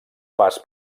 pas